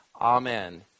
Amen